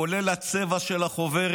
כולל הצבע של החוברת,